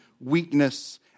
weakness